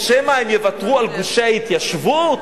או שמא הם יוותרו על גושי ההתיישבות